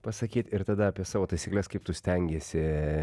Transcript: pasakyt ir tada apie savo taisykles kaip tu stengiesi